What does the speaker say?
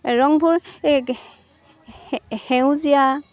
ৰংবোৰ এই সে সেউজীয়া